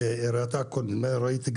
אין מה לעשות,